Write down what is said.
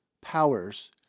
powers